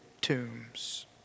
tombs